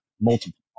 multiple